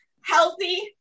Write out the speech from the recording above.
healthy